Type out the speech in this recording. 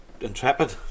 intrepid